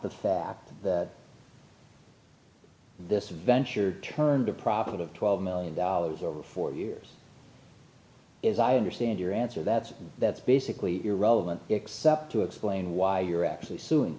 for this venture turned a profit of twelve million dollars over four years is i understand your answer that that's basically irrelevant except to explain why you're actually suing